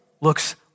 looks